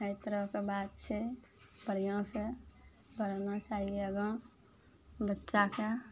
अइ तरहके बात छै बढ़िआँसँ पढ़ना चाहिये आगा बच्चाके